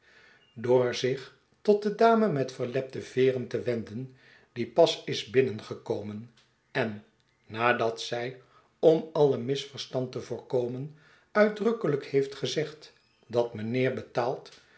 door zich tot de dame met verlepte veeren te wenden die pas is binnengekomen en nadat zij om alle misverstand te voorkomen uitdrukkelyk heeft gezegd dat mijnheer betaalt